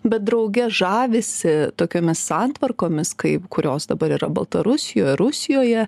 bet drauge žavisi tokiomis santvarkomis kaip kurios dabar yra baltarusijoje rusijoje